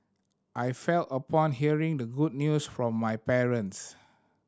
I felt upon hearing the good news from my parents